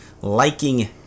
liking